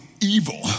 evil